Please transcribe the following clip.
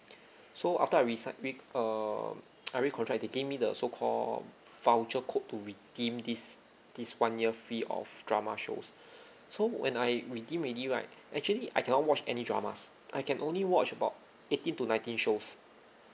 so after decide re um I recontract they gave me the so called voucher code to redeem this this one year fee of drama shows so when I redeem already right actually I cannot watch any dramas I can only watch about eighteen to nineteen shows